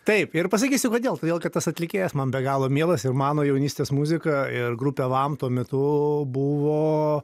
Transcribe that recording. taip ir pasakysiu kodėl todėl kad tas atlikėjas man be galo mielas ir mano jaunystės muzika ir grupė vam tuo metu buvo